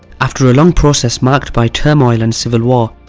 after a long process marked by turmoil and civil war,